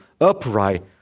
upright